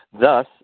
Thus